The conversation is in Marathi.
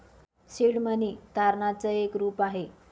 सीड मनी तारणाच एक रूप आहे